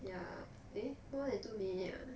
yeah eh more than two minute ah